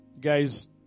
Guys